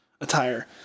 attire